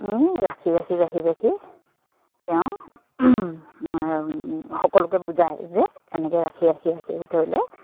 আমি ৰাখি ৰাখি ৰাখি ৰাখি তেওঁ সকলোকে বুজায় যে এনেকৈ ৰাখি ৰাখি ৰাখি ৰাখি থৈ গ'লে